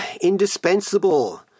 indispensable